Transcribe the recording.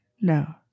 No